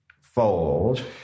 Fold